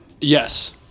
yes